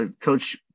coach